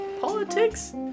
politics